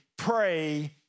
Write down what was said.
pray